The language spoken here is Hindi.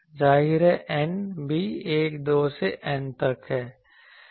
जाहिर है n भी 12 से N तक है